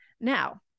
Now